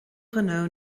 ghnó